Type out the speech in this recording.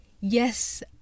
Yes